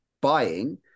buying